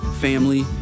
family